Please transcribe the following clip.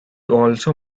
also